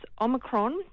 Omicron